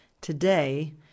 today